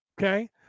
Okay